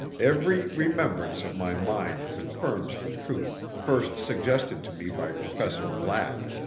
every remembrance of my mind confirms the truth first suggested to me by professor black.